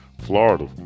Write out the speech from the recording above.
Florida